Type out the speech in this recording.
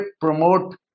promote